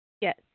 yes